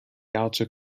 outer